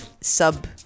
sub-